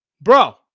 bro